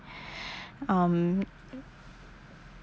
um